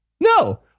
No